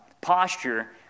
posture